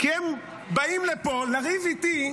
כי הם באים לפה לריב איתי,